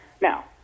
Now